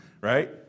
right